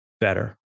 better